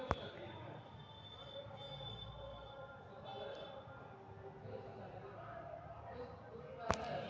हम व्यवसाय में अप्पन पूंजी लगाबे के जौरेए कुछ पूंजी बैंक से उधार लेबे के लेल आवेदन कलियइ ह